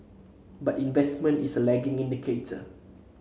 but investment is a lagging indicator